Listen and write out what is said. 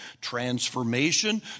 transformation